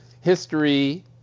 history